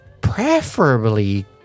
preferably